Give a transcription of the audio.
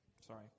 sorry